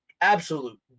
absolute